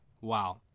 Wow